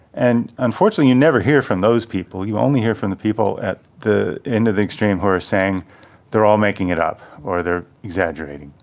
and unfortunately you never hear from those people, you only hear from the people at the end of the extreme who are saying they are all making it up or they are exaggerating.